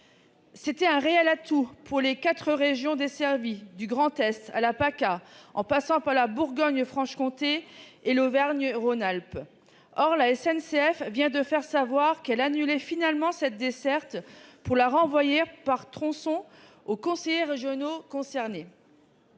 C'était un réel atout pour les quatre régions desservies, du Grand Est à Provence-Alpes-Côte d'Azur (PACA), en passant par la Bourgogne-Franche-Comté et l'Auvergne-Rhône-Alpes. Or la SNCF vient de faire savoir qu'elle annulait finalement cette desserte pour la renvoyer, par tronçons, aux conseils régionaux concernés.